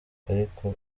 ariko